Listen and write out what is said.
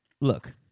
Look